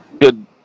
Good